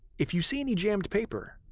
if you see any jammed paper,